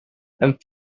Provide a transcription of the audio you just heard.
and